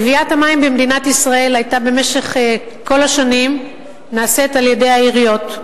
גביית המים במדינת ישראל נעשתה במשך כל השנים על-ידי העיריות.